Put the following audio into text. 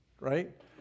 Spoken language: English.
Right